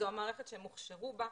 זו המערכת שהם הוכשרו בה,